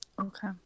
okay